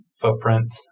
footprint